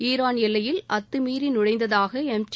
ஈராள் எல்லையில் அத்துமீறி நுழைந்ததாக எம்டி